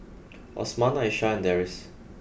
Osman Aisyah and Deris